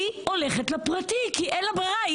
היא הולכת לפרטי, כי אין לה ברירה.